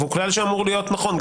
והוא כלל שאמור להיות נכון.